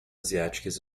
asiáticas